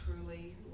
truly